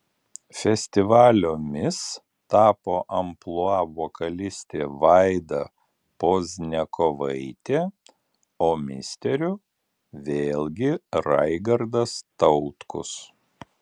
festivalio mis tapo amplua vokalistė vaida pozniakovaitė o misteriu vėlgi raigardas tautkus